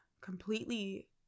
completely